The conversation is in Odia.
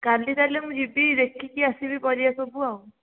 କାଲି ତା ହେଲେ ମୁଁ ଯିବି ଦେଖିକି ଆସିବି ପରିବା ସବୁ ଆଉ